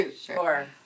Sure